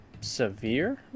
severe